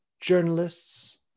journalists